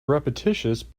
repetitious